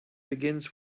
begins